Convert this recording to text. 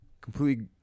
completely